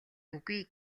үгүй